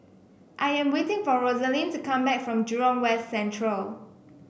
I am waiting for Roselyn to come back from Jurong West Central